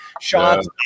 shots